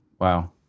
Wow